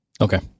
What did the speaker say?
Okay